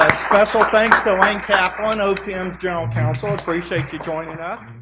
special thanks to elaine kaplan, opm's general counsel. appreciate you joining us.